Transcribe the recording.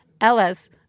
Ellis